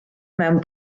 mewn